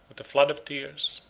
with a flood of tears,